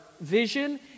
vision